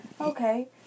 Okay